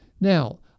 Now